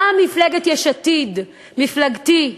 גם מפלגת יש עתיד, מפלגתי,